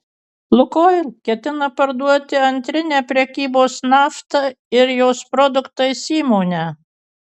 lukoil ketina parduoti antrinę prekybos nafta ir jos produktais įmonę